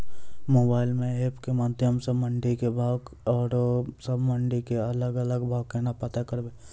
Mobile म app के माध्यम सऽ मंडी के भाव औरो सब मंडी के अलग अलग भाव केना पता करबै?